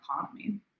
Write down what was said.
economy